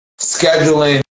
scheduling